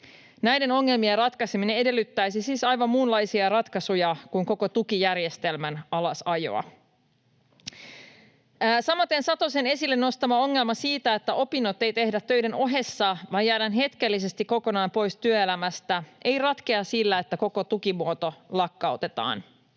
Näiden ongelmien ratkaiseminen edellyttäisi siis aivan muunlaisia ratkaisuja kuin koko tukijärjestelmän alasajoa. Samaten Satosen esille nostama ongelma siitä, että opintoja ei tehdä töiden ohessa vaan jäädään hetkellisesti kokonaan pois työelämästä, ei ratkea sillä, että koko tukimuoto lakkautetaan.